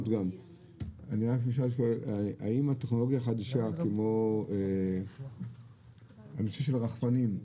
עוד שאלה האם הטכנולוגיה החדשה כמו הנושא של רחפנים,